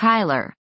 Kyler